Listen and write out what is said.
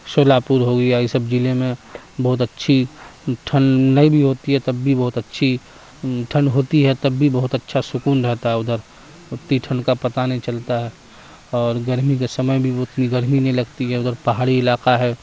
شولا پور ہو گیا یہ سب ضلعے میں بہت اچھی ٹھنڈ نہیں بھی ہوتی ہے تب بھی بہت اچھی ٹھنڈ ہوتی ہے تب بھی بہت اچھا سکون رہتا ہے ادھر اتنی ٹھنڈ کا پتہ نہیں چلتا ہے اور گرمی کے سمے بھی اتنی گرمی نہیں لگتی ہے ادھر پہاڑی علاقہ ہے